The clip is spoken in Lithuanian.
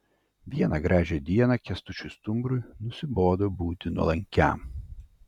vieną gražią dieną kęstučiui stumbrui nusibodo būti nuolankiam